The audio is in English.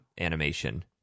animation